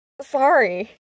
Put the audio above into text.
sorry